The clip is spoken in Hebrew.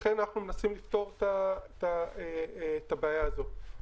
לכן, אנחנו מנסים לפתור את הבעיה הזאת.